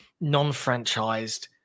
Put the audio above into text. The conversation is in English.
non-franchised